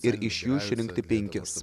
ir iš jų išrinkti penkis